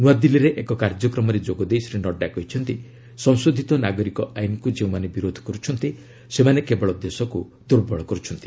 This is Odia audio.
ନୂଆଦିଲ୍ଲୀରେ ଏକ କାର୍ଯ୍ୟକ୍ରମରେ ଯୋଗଦେଇ ଶ୍ରୀ ନଡ୍ଯା କହିଛନ୍ତି ସଂଶୋଧିତ ନାଗରିକ ଆଇନ୍କୁ ଯେଉଁମାନେ ବିରୋଧ କରୁଛନ୍ତି ସେମାନେ କେବଳ ଦେଶକୁ ଦୁର୍ବଳ କରୁଛନ୍ତି